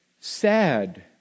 sad